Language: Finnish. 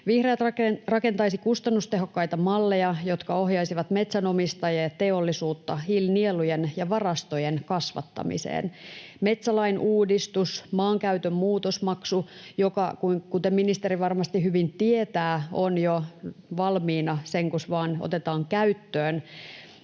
Vihreät rakentaisi kustannustehokkaita malleja, jotka ohjaisivat metsänomistajia ja teollisuutta hiilinielujen ja -varastojen kasvattamiseen. Metsälain uudistus, maankäytön muutosmaksu, joka — kuten ministeri varmasti hyvin tietää — on jo valmiina, senkus vaan otetaan käyttöön.